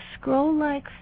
scroll-like